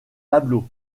tableaux